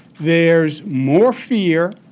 there's more fear,